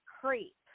Creep